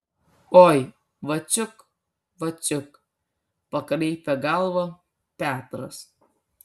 oi vaciuk vaciuk pakraipė galvą petras